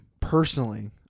personally